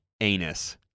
anus